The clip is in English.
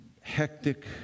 hectic